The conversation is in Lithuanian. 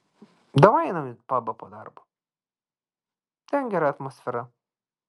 davai einam į pabą po darbo ten gera atmosfera